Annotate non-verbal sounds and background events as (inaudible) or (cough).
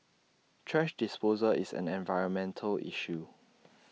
thrash disposal is an environmental issue (noise)